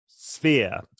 Sphere